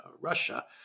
Russia